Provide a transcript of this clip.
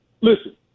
Listen